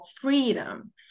freedom